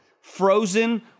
frozen